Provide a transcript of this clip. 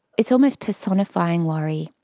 it's almost personifying worry.